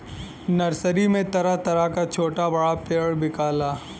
nursery में तरह तरह क छोटा बड़ा पेड़ बिकला